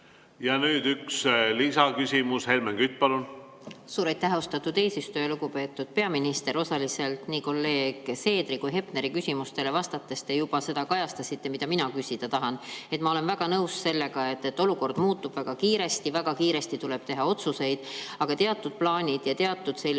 Ja nüüd üks lisaküsimus. Helmen Kütt, palun! Suur aitäh, austatud eesistuja! Lugupeetud peaminister! Osaliselt nii kolleeg Seederi kui ka Hepneri küsimustele vastates te juba seda kajastasite, mida mina küsida tahan. Ma olen väga nõus sellega, et olukord muutub väga kiiresti, väga kiiresti tuleb teha otsuseid, aga teatud plaanid ja teatud sellised